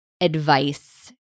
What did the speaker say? advice